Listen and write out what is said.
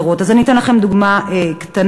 אני אתן לכם דוגמה קטנה.